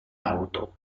auto